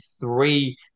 three